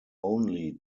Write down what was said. only